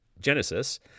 Genesis